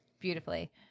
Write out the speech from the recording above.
beautifully